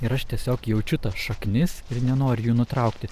ir aš tiesiog jaučiu tas šaknis ir nenoriu jų nutraukti